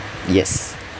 yes